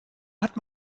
hat